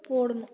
போடணும்